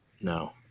no